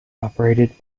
operated